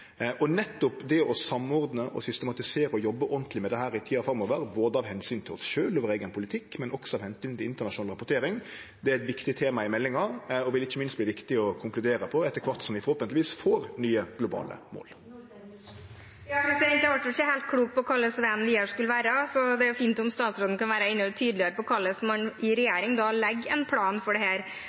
Nettopp det å samordne, systematisere og jobbe ordentlig med dette i tida framover, av omsyn til både oss sjølve og vår eigen politikk, men også av omsyn til internasjonal rapportering, er eit viktig tema i meldinga og vil ikkje minst verte viktig å konkludere på etter kvart som vi forhåpentlegvis får nye globale mål. Jeg ble vel ikke helt klok på hvordan veien videre skal være, så det er fint om statsråden kan være enda tydeligere på hvordan man i regjeringen legger en plan for dette. Å bruke tid er en ting, og det